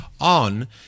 on